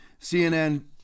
CNN